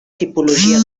tipologia